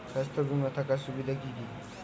স্বাস্থ্য বিমা থাকার সুবিধা কী কী?